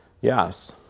Yes